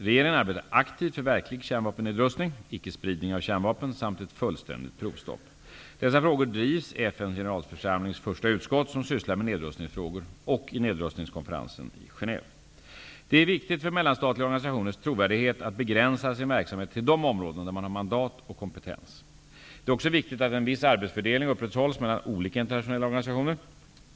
Regeringen arbetar aktivt för verklig kärnvapennedrustning, ickespridning av kärnvapen samt ett fullständigt provstopp. Dessa frågor drivs i FN:s generalförsamlings första utskott som sysslar med nedrustningsfrågor och i nedrustningskonferensen i Det är viktigt för mellanstatliga organisationers trovärdighet att begränsa sin verksamhet till de områden där man har mandat och kompetens. Det är också viktigt att en viss arbetsfördelning upprätthålls mellan olika internationella organisationer.